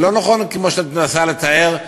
זה לא נכון מה שאת מנסה לתאר,